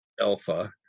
Alpha